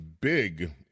big